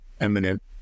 eminent